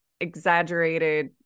exaggerated